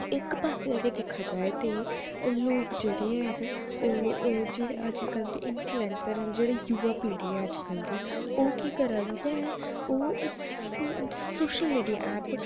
ते इक पास्सै अगर दिक्खेआ जा ते लोक जेह्ड़े हैन ओह् जेह्ड़े अजकल दे इंफ्लुएंसर न जेह्ड़ी युवा पीढ़ी ऐ अजकल दी ओह् केह् करै दी ऐ ओह् सोशल मीडिया ऐप्प